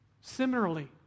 Similarly